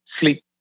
sleep